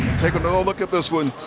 take another look at this one.